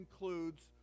includes